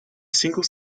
single